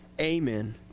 Amen